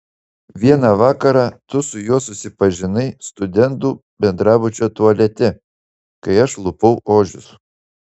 vieną vakarą tu su juo susipažinai studentų bendrabučio tualete kai aš lupau ožius